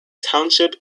township